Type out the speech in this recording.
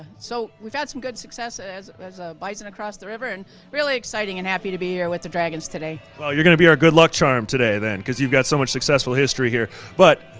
so we've had some good success as as a bison across the river and really exciting and happy to be here with the dragons today. you're gonna be our good luck charm today then, cause you've got so much successful history here but,